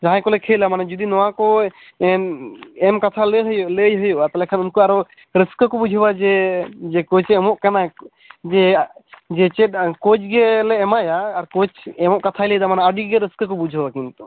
ᱡᱟᱦᱟᱭ ᱠᱚᱞᱮ ᱠᱷᱮᱞᱟ ᱢᱟᱱᱮ ᱡᱚᱫᱤ ᱱᱚᱣᱟ ᱠᱚ ᱮᱢ ᱠᱟᱛᱷᱟ ᱞᱟᱹᱭ ᱦᱩᱭᱩᱜᱼᱟ ᱛᱟᱦᱚᱞᱮ ᱩᱱᱠᱩ ᱟᱨᱚ ᱨᱟᱹᱥᱠᱟᱹ ᱠᱚ ᱵᱩᱡᱷᱟᱹᱣᱟ ᱡᱮ ᱡᱮ ᱠᱳᱪᱮ ᱮᱢᱚᱜ ᱠᱟᱱᱟ ᱡᱮ ᱡᱮ ᱪᱮᱫ ᱠᱳᱪ ᱜᱮᱞᱮ ᱮᱢᱟᱭᱼᱟ ᱟᱨ ᱠᱳᱪ ᱮᱢᱚᱜ ᱠᱟᱛᱷᱟᱭ ᱞᱟᱹᱭ ᱮᱫᱟ ᱡᱮ ᱟᱹᱰᱤᱜᱮ ᱨᱟᱹᱥᱠᱟᱹ ᱠᱚ ᱵᱩᱡᱟ